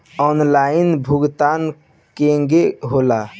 Online भुगतान केगा होला?